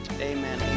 Amen